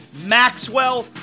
Maxwell